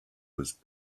was